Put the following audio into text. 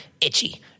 itchy